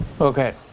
Okay